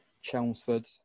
Chelmsford